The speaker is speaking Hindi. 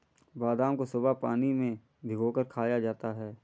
बादाम को सुबह पानी में भिगोकर खाया जाता है